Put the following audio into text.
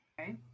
Okay